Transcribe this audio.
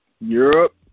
Europe